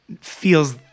feels